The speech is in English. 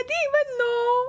I didn't even know